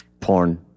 porn